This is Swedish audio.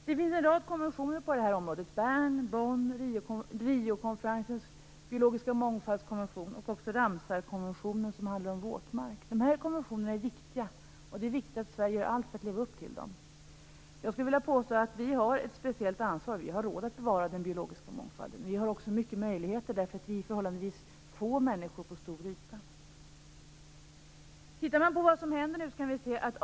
Det finns en rad konventioner på det här området, t.ex. Bernkonventionen, Bonnkonventionen, Riokonferensens konvention om biologisk mångfald och även Ramsarkonventionen som handlar om våtmark. Dessa konventioner är viktiga. Det är viktigt att Sverige gör allt för att leva upp till dem. Jag skulle vilja påstå att vi har ett speciellt ansvar. Vi har råd att bevara den biologiska mångfalden. Vi har också stora möjligheter eftersom vi är förhållandevis få människor på stor yta. Artförändringen sker snabbt nu.